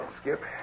Skip